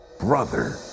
Brother